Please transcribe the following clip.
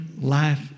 life